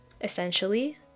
essentially